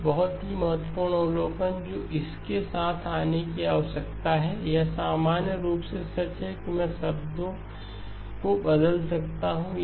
एक बहुत ही महत्वपूर्ण अवलोकन जो इस के साथ आने की आवश्यकता है यह सामान्य रूप से सच है कि मैं शब्द को बदल सकता हूं